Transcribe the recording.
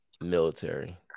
military